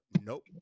Nope